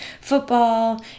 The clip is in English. football